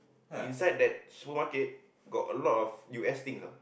inside that small cake got a lot of U_S things not